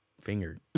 finger